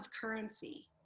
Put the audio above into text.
currency